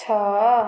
ଛଅ